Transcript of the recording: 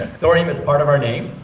thorium is part of our name,